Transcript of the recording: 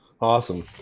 awesome